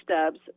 stubs